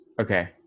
Okay